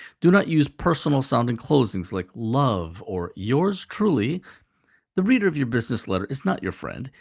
do not use personal sounding closings, like love or yours truly the reader of your business letter is not your friend.